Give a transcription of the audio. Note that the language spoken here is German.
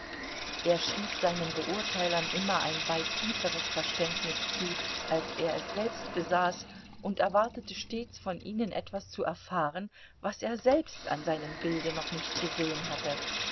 er schrieb seinen beurteilern immer ein weit tieferes verständnis zu als er es selbst besaß und erwartete stets von ihnen etwas zu erfahren was er selbst an seinem bilde noch nicht gesehen hatte